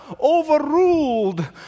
overruled